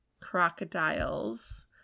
crocodiles